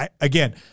Again